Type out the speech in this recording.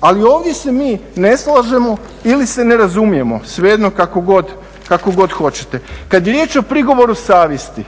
Ali ovdje se mi ne slažemo ili se ne razumijemo, svejedno kako god hoćete. Kad je riječ o prigovoru savjeti,